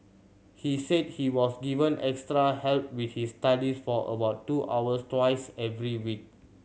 he said he was given extra help with his studies for about two hours twice every week